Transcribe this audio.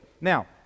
Now